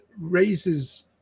raises